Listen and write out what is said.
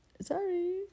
Sorry